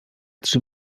trzy